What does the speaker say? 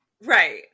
Right